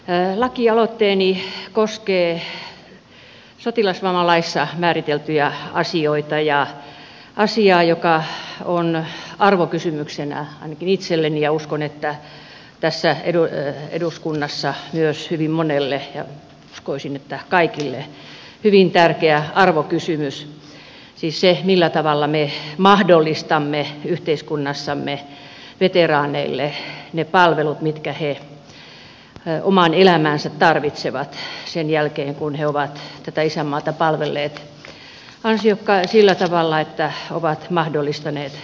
lakialoitteeni koskee sotilasvammalaissa määriteltyjä asioita ja asiaa joka on arvokysymyksenä ainakin itselleni ja uskoakseni tässä eduskunnassa myös hyvin monelle uskoisin että kaikille hyvin tärkeä arvokysymys siis se millä tavalla me mahdollistamme yhteiskunnassamme veteraaneille ne palvelut mitkä he omaan elämäänsä tarvitsevat sen jälkeen kun he ovat tätä isänmaata palvelleet sillä tavalla että ovat mahdollistaneet paljon hyvää koko yhteiskunnalle